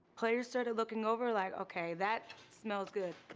players started looking over, like, okay, that smells good.